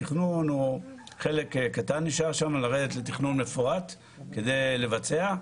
התכנון חלק קטן נשאר שמה לרדת לתכנון מפורט כדי לבצע,